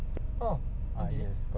oh okay